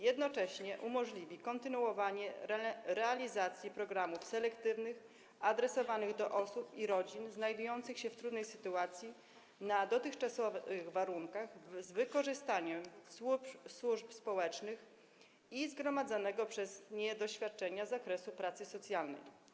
Jednocześnie umożliwi kontynuowanie realizacji programów selektywnych, adresowanych do osób i rodzin znajdujących się w trudnej sytuacji, na dotychczasowych warunkach, z wykorzystaniem służb społecznych i zgromadzonego przez nie doświadczenia z zakresu pracy socjalnej.